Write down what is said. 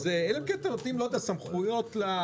אלא אם כן אתם נותנים לו סמכות להביא